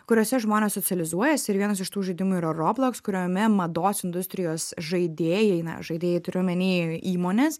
kuriose žmonės socializuojasi ir vienas iš tų žaidimų yra robloks kuriame mados industrijos žaidėjai na žaidėjai turiu omeny įmonės